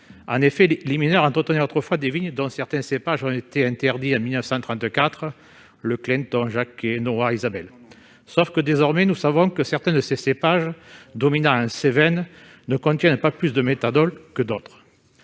En effet, les mineurs entretenaient autrefois des vignes dont certains cépages ont été interdits en 1934 : le clinton, le jacquez, le noah, et l'isabelle. Toutefois, nous savons désormais que certains de ces cépages, dominants dans les Cévennes, ne contiennent pas plus de méthanol que d'autres.